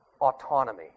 autonomy